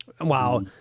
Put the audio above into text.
Wow